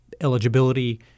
eligibility